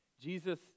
Jesus